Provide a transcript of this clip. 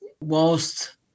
whilst